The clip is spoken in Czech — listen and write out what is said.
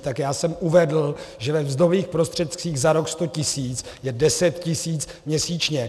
Tak já jsem uvedl, že ve mzdových prostředcích za rok sto tisíc je deset tisíc měsíčně.